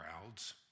crowds